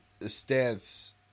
stance